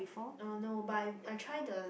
uh no but I I try the